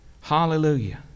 Hallelujah